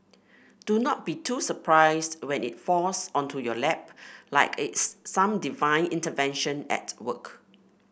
do not be too surprised when it falls onto your lap like it's some divine intervention at work